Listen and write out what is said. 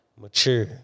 mature